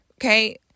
okay